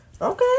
Okay